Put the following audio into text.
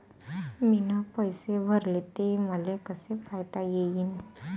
मीन पैसे भरले, ते मले कसे पायता येईन?